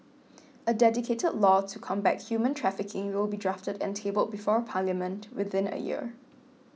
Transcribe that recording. a dedicated law to combat human trafficking will be drafted and tabled before parliament within a year